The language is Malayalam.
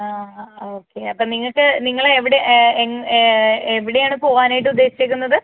ഓക്കെ അപ്പോൾ നിങ്ങൾക്ക് നിങ്ങൾ എവിടെ എവിടെയാണ് പോവാനായിട്ട് ഉദ്ദേശിച്ചേക്കുന്നത്